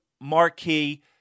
marquee